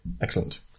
Excellent